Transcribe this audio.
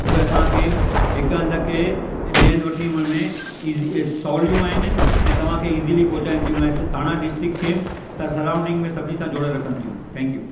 उहे असांखे हिक हंधु खे ॿे हंधु वठणी वञण में इज़ी सवलियूं आहिनि ऐं तव्हांखे इज़ीली पहुचाइनि थियूं ठाणा डिस्ट्रिक्ट खे सराउंडिंग में सभिनी खां जोड़े रखनि थियूं थैंक्यू